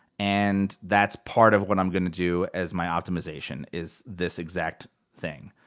and that's part of what i'm gonna do as my optimization, is this exact thing.